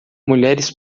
mulheres